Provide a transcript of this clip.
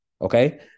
okay